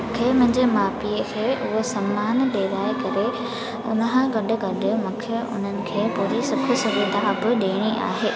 मूंखे मुंहिंजे माउ पीउ खे उहो समानु ॾियराए करे ऐं उन खां गॾु गॾु मूंखे उन्हनि खे पूरी सुख सुविधा बि ॾियणी आहे